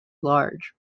large